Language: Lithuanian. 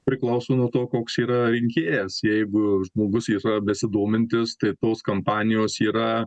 priklauso nuo to koks yra rinkėjas jeigu žmogus yra besidomintis tai tos kampanijos yra